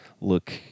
look